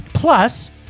Plus